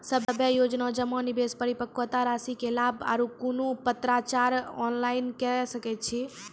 सभे योजना जमा, निवेश, परिपक्वता रासि के लाभ आर कुनू पत्राचार ऑनलाइन के सकैत छी?